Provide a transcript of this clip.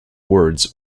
words